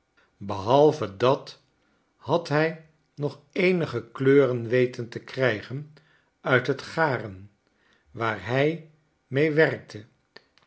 behalve dat had hij nog eenige kleuren weten te krijgen uit het garen waar hij mee werkte